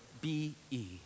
B-E